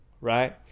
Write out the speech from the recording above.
right